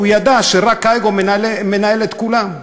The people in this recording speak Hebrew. הוא ידע שרק האגו מנהל את כולם.